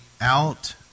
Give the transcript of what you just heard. out